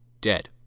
dead